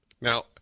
Now